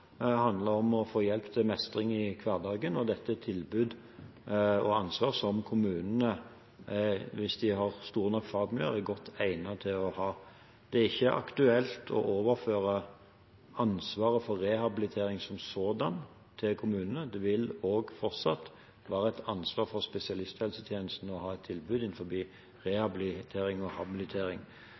handler om å få hjelp til mestring i hverdagen, og dette er tilbud og ansvar som kommunene, hvis de har store nok fagmiljøer, er godt egnet til å ha. Det er ikke aktuelt å overføre ansvaret for rehabilitering som sådan til kommunene. Det vil også fortsatt være et ansvar for spesialisthelsetjenesten å ha et tilbud innen rehabilitering og habilitering.